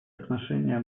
отношение